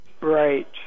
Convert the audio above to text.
Right